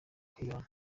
kwibana